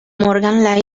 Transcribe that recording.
morgan